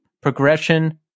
Progression